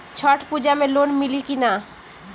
छठ पूजा मे लोन मिली की ना?